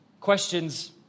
Questions